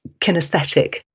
kinesthetic